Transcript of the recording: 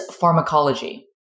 pharmacology